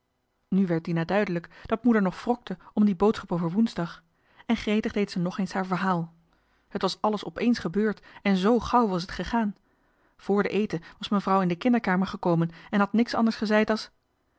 nu werd dina duidelijk dat moeder nog wrokte om die boodschap over woensdag en gretig deed ze johan de meester de zonde in het deftige dorp nogeens haar verhaal het was alles opeens gebeurd en z gauw was het gegaan voor den eten was mevrouw in de kinderkamer gekomen en had niks anders gezeid